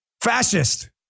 fascist